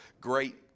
great